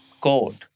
code